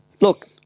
look